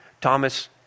Thomas